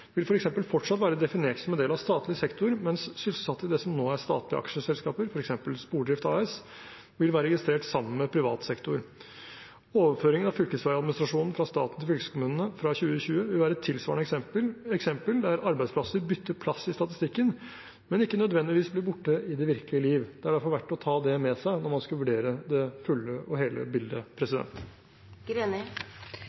vil f.eks. fortsatt være definert som en del av statlig sektor, mens sysselsatte i det som nå er statlige aksjeselskaper, f.eks. Spordrift AS, vil være registrert sammen med privat sektor. Overføringen av fylkesveiadministrasjonen fra staten til fylkeskommunene fra 2020 vil være tilsvarende eksempel der arbeidsplasser bytter plass i statistikken, men ikke nødvendigvis blir borte i det virkelige liv. Det er derfor verdt å ta det med seg når man skal vurdere det fulle og hele bildet.